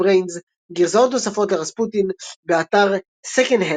בריינז גרסאות נוספות ל"Rasputin" באתר SecondHandSongs